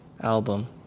album